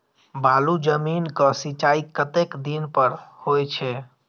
बालू जमीन क सीचाई कतेक दिन पर हो छे?